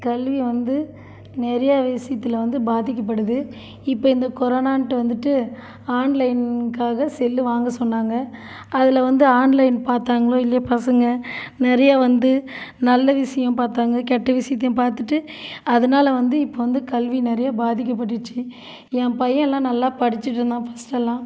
கல்வி வந்து நிறையா விஷியத்தில் வந்து பாதிக்கப்படுது இப்போ இந்த கொரோனான்ட்டு வந்துவிட்டு ஆன்லைன்க்காக செல்லு வாங்க சொன்னாங்க அதில் வந்து ஆன்லைன் பார்த்தாங்களோ இல்லையோ பசங்க நிறையா வந்து நல்ல விஷயம் பார்த்தாங்க கெட்ட விஷயத்தையும் பார்த்துட்டு அதனால் வந்து இப்போ வந்து கல்வி நிறையா பாதிக்கப்பட்டுச்சு ஏன் பையன்லாம் நல்லா படிச்சிட்டுருந்தான் ஃபர்ஸ்ட்டெல்லாம்